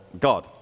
God